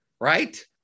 right